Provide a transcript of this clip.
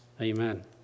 Amen